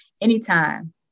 anytime